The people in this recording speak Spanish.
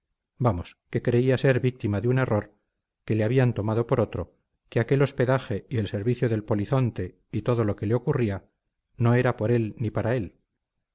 vamos que creía ser víctima de un error que le habían tomado por otro que aquel hospedaje y el servicio del polizonte y todo lo que le ocurría no era por él ni para él